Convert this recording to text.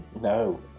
No